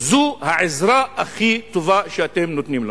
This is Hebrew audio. זו העזרה הכי טובה שאתם נותנים לנו.